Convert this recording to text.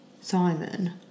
Simon